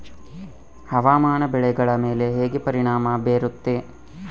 ಹವಾಮಾನ ಬೆಳೆಗಳ ಮೇಲೆ ಹೇಗೆ ಪರಿಣಾಮ ಬೇರುತ್ತೆ?